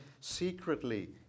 secretly